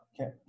Okay